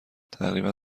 تقریبا